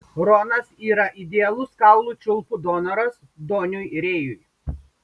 ronas yra idealus kaulų čiulpų donoras doniui rėjui